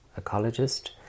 ecologist